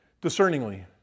discerningly